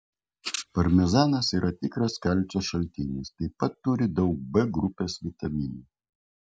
parmezanas yra tikras kalcio šaltinis taip pat turi daug b grupės vitaminų